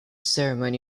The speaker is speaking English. ceremony